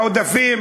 העודפים,